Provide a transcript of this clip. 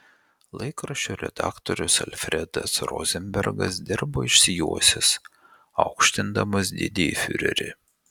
laikraščio redaktorius alfredas rozenbergas dirbo išsijuosęs aukštindamas didįjį fiurerį